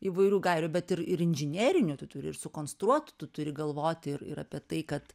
įvairų gairių bet ir ir inžinerinių tu turi ir sukonstruot tu turi galvoti ir ir apie tai kad